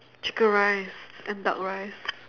chicken rice and duck rice